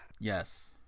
Yes